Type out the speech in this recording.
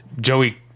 Joey